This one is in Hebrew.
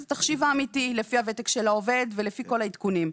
התחשיב האמיתי לפי הוותק של העובד ולפי כל העדכונים.